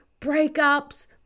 breakups